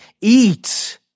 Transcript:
eat